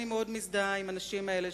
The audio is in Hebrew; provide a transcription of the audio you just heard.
אני מאוד מזדהה עם הנשים האלה,